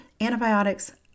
antibiotics